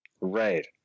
right